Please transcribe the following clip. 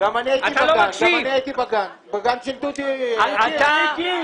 אם תבואי לדיונים,